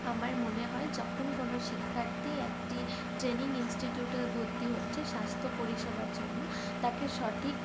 আমার মনে হয় যখন কোনও শিক্ষার্থী একটি ট্রেনিং ইন্সটিটিউটে ভর্তি হচ্ছে স্বাস্থ্য পরিষেবার জন্য তাকে সঠিক